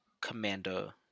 Commander